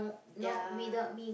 their